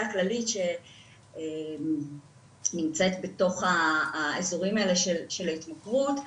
הכללית שנמצאת בתוך האיזורים האלה של ההתמכרות,